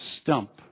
Stump